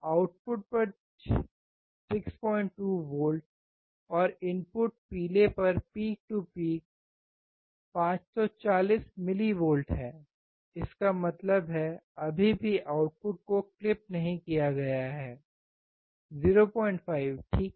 output पर 62 volt और input पीले पर पीक टू पीक 540 मिलीवोल्ट है इसका मतलब है अभी भी आउटपुट को क्लिप नहीं किया गया है 05 ठीक है